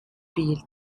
bild